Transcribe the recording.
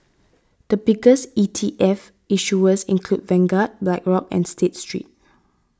the biggest E T F issuers include Vanguard Blackrock and State Street